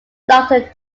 doctor